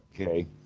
Okay